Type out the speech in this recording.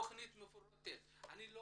אני לא